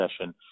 session